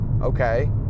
Okay